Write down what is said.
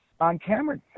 on-camera